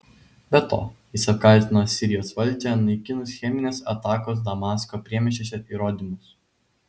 be to jis apkaltino sirijos valdžią naikinus cheminės atakos damasko priemiesčiuose įrodymus